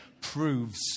proves